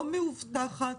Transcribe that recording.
לא מאובטחת,